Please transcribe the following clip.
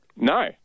No